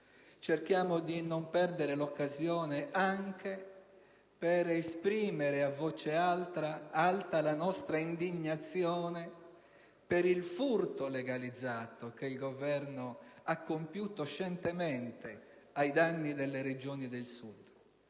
Cerchiamo di non perdere l'opportunità anche per esprimere a voce alta la nostra indignazione per il furto legalizzato che il Governo ha compiuto scientemente ai danni delle Regioni del Sud.